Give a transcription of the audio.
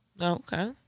Okay